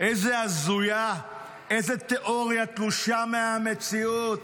איזו הזויה, איזו תיאוריה תלושה מהמציאות.